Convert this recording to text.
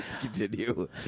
Continue